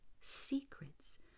secrets